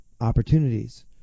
opportunities